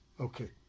Okay